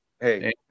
hey